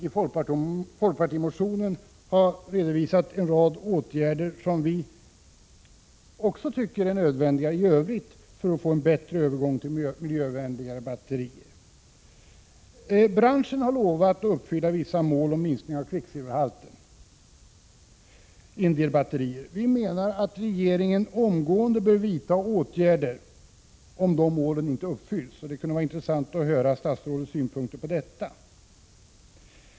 I folkpartimotionen har vi redovisat en rad åtgärder, som vi också tycker är nödvändiga för att få en bättre övergång till miljövänligare batterier. Branschen har lovat att uppfylla vissa krav på en minskad kvicksilverhalt i en del batterier. Vi anser att regeringen omgående bör vidta åtgärder om dessa löften inte uppfylls. Det vore intressant att få höra statsrådets synpunkter också på detta.